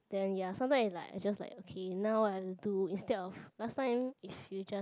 then ya sometime is like I just like okay now I'll do instead of last time if future